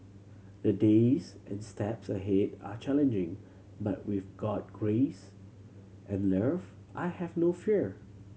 the days and steps ahead are challenging but with God grace and love I have no fear